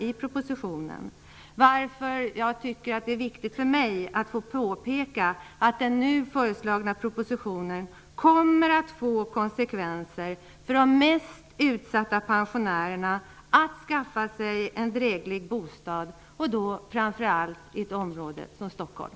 Det är viktigt för mig att påpeka att den nu föreslagna propositionen kommer att få konsekvenser för de mest utsatta pensionärerna och deras möjligheter att skaffa sig en dräglig bostad, och då framför allt i ett område som Stockholm.